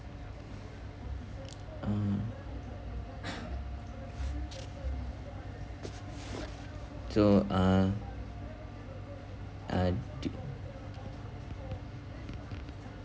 uh so uh uh